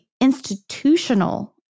institutional